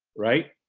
right?